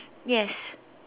yes